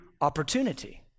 opportunity